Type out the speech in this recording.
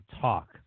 talk